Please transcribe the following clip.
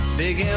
big